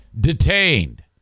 detained